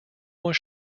was